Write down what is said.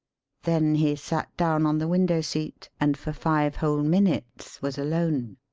then he sat down on the window-seat and for five whole minutes was alone.